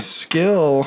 skill